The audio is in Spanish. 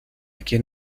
quien